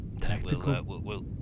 Tactical